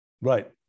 Right